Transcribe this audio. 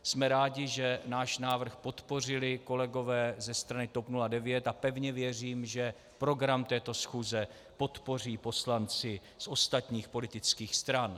Jsme rádi, že náš návrh podpořili kolegové ze strany TOP 09, a pevně věřím, že program této schůze podpoří poslanci z ostatních politických stran.